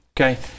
okay